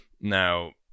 Now